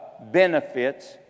benefits